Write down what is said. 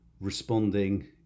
responding